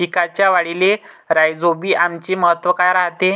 पिकाच्या वाढीले राईझोबीआमचे महत्व काय रायते?